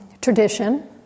tradition